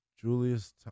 Julius